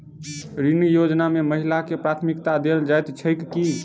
ऋण योजना मे महिलाकेँ प्राथमिकता देल जाइत छैक की?